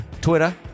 Twitter